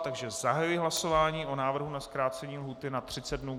Takže zahajuji hlasování o návrhu na zkrácení lhůty na 30 dnů.